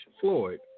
Floyd